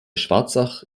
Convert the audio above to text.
schwarzach